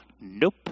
Nope